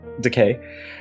decay